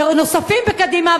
ונוספים בקדימה,